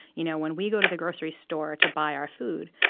you know, when we go to the grocery store to buy our food,